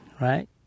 right